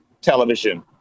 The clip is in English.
television